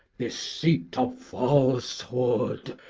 this seat of falsehood,